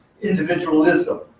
individualism